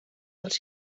dels